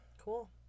cool